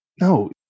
No